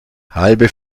halbe